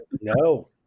no